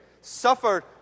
suffered